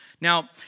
Now